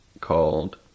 called